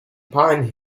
pine